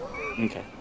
Okay